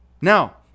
now